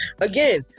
Again